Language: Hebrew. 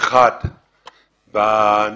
אגב,